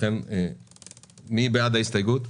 מי בעד ההסתייגות?